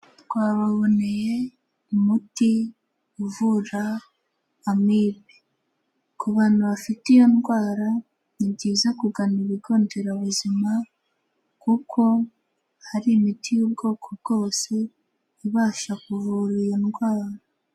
Twababoneye umuti uvura amibe, ku bantu bafite iyo ndwara ni byiza kugana ibigo nderabuzima kuko hari imiti y'ubwoko bwose ibasha kuvura iyo ndwara.